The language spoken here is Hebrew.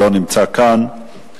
שלא נמצא כאן,